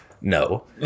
no